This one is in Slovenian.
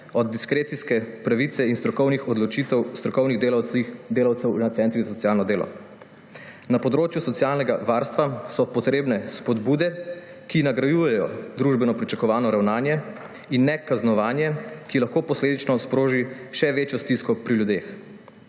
od diskrecijske pravice in strokovnih odločitev strokovnih delavcev na centrih za socialno delo. Na področju socialnega varstva so potrebne spodbude, ki nagrajujejo družbeno pričakovano ravnanje, in ne kaznovanje, ki lahko posledično sproži še večjo stisko pri ljudeh.